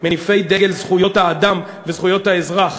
מניפי דגל זכויות האדם וזכויות האזרח.